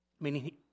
meaning